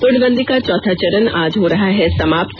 पूर्णबंदी का चौथा चरण आज हो रहा है समाप्त